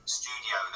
studio